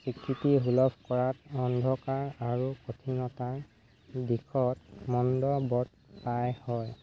স্বীকৃতি সুলভ কৰাত অন্ধকাৰ আৰু কঠিনতাৰ দিশত মণ্ডবধ পাৰ হয়